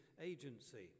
agency